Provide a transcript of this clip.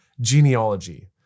genealogy